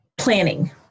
Planning